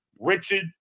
Richard